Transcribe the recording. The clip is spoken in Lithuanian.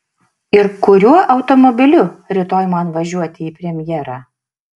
ir kuriuo automobiliu rytoj man važiuoti į premjerą